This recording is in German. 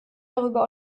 darüber